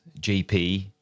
GP